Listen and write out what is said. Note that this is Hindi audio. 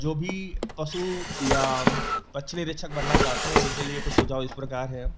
जो भी पशु या पक्षी निरीक्षक बनना चाहते हैं उनके लिए कुछ सुझाव इस प्रकार है